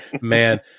Man